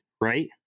right